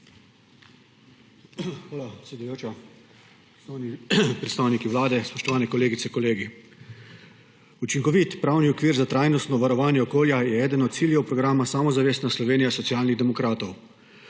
Hvala, predsedujoča. Predstavniki Vlade, spoštovani kolegice, kolegi! Učinkovit pravni okvir za trajnostno varovanje okolja je eden od ciljev programa Samozavestna Slovenija Socialnih demokratov.